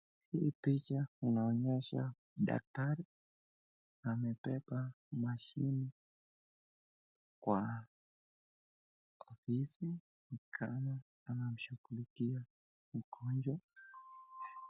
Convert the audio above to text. Hii picha inaonyesha daktari amebeba mashini kwa ofisi ni kama anamshughulikia mgonjwa.